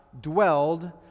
dwelled